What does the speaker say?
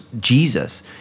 Jesus